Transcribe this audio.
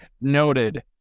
Noted